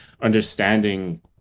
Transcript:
understanding